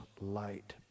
light